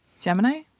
Gemini